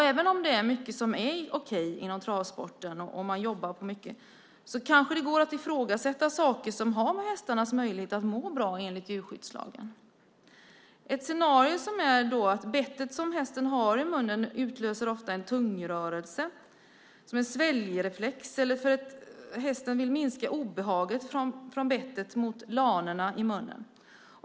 Även om det är mycket som är okej inom travsporten och man jobbar med mycket, kanske det går att ifrågasätta saker som har att göra med möjligheter att se till att hästarna mår bra enligt djurskyddslagen. Ett scenario är att bettet ofta utlöser en tungrörelse som en sväljreflex eller att hästen vill minska obehaget från bettet mot lanerna i munnen.